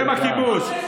אתם הכיבוש.